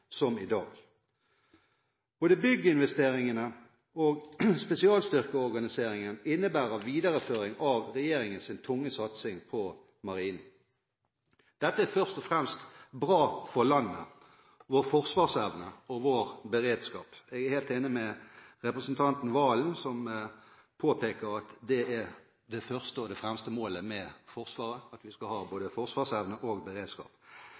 som i dag. Både bygningsinvesteringene og spesialstyrkeorganiseringen innebærer videreføring av regjeringens tunge satsing på Marinen. Dette er først og fremst bra for landet, vår forsvarsevne og vår beredskap. Jeg er helt enig med representanten Valen, som påpeker at det første og fremste målet med Forsvaret er at vi skal ha både forsvarsevne og beredskap,